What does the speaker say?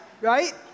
Right